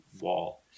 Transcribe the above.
wall